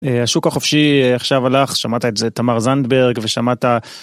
השוק החופשי עכשיו הלך, שמעת את זה מתמר זנדברג ושמעת...